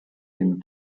him